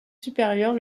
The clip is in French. supérieurs